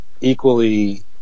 equally